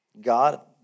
God